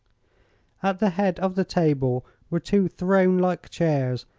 at the head of the table were two throne-like chairs,